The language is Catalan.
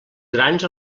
grans